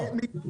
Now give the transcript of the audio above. לא?